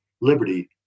liberty